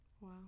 Wow